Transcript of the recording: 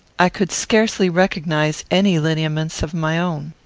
i could scarcely recognise any lineaments of my own.